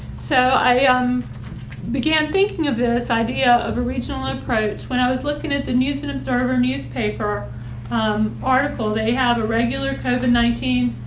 so i um began thinking of this idea of a regional approach. when i was looking at the news and observer newspaper um article, they have a regular covid nineteen,